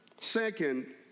Second